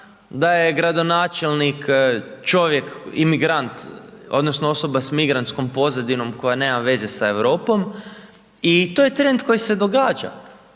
da je gradonačelnik čovjek, imigrant, odnosno osoba sa migrantskom pozadinom koja nema veze sa Europom i to je trend koji se događa.